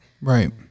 Right